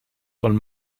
von